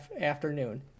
afternoon